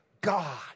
God